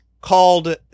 called